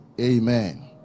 amen